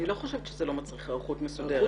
אני לא חושבת שזה לא מצריך היערכות מסודרת.